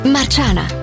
Marciana